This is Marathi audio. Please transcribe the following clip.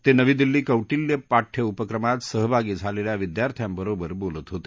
ते नवी दिल्लीत कौटिल्य पाठ्य उपक्रमात सहभागी झालेल्या विद्यार्थ्यांबरोबर बोलत होते